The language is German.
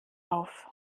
auf